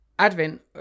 advent